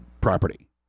property